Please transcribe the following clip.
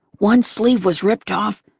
one sleeve was ripped off,